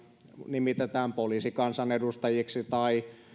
nimitetään poliisikansanedustajiksi tai